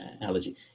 allergy